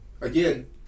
Again